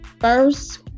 first